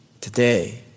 today